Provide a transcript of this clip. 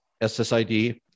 SSID